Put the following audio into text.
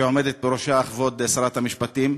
שעומדת בראשה כבוד שרת המשפטים,